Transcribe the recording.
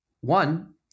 One